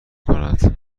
کند